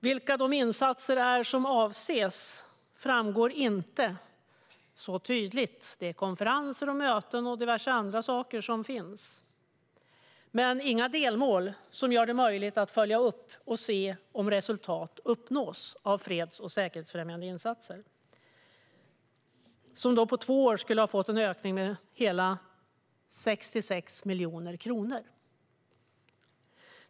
Vilka insatser som avses framgår inte tydligt. Det handlar om konferens, möten och diverse annat, men det finns inga delmål som gör det möjligt att följa upp och se om resultat av freds och säkerhetsfrämjande insatser uppnås. På två år handlar det om en ökning av anslaget med 66 miljoner kronor.